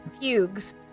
fugues